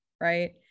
right